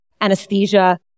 Anesthesia